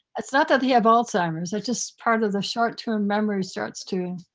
it's not that they have alzheimer's, it's just part of the short-term memory starts to,